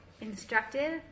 instructive